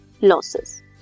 losses